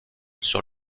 sur